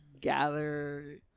gather